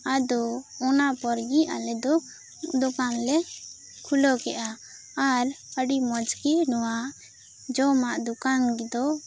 ᱟᱫᱚ ᱚᱱᱟ ᱯᱚᱨ ᱜᱮ ᱟᱞᱮ ᱫᱚ ᱫᱚᱠᱟᱱ ᱞᱮ ᱠᱷᱩᱞᱟᱹᱣ ᱠᱮᱫ ᱼᱟ ᱟᱨ ᱟᱹᱰᱤ ᱢᱚᱸᱡᱽ ᱜᱮ ᱱᱚᱶᱟ ᱡᱟᱚᱢᱟᱜ ᱫᱚᱠᱟᱱ ᱫᱚ ᱠᱚ